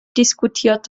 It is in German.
diskutiert